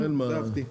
עזוב.